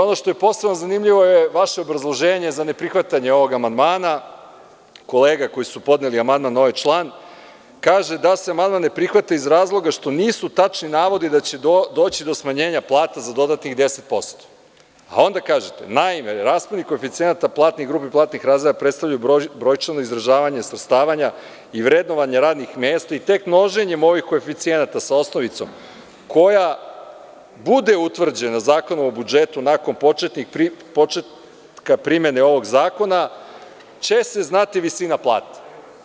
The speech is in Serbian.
Ono što je posebno zanimljivo je vaše obrazloženje za neprihvatanje ovog amandmana kolega koji su podneli amandman na ovaj član, kaže da se amandman ne prihvata iz razloga što nisu tačni navodi da će doći do smanjenja plata za dodatnih 10%, a onda kažete – naime, rashodi koeficijenata platnih grupa i platnih razreda predstavljaju brojčano izražavanje svrstavanja i vrednovanje radnih mesta, i tek množenjem ovih koeficijenata sa osnovicom koja bude utvrđena Zakonom o budžetu nakon početka primene ovog zakona će se znati visina plate.